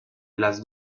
las